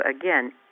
again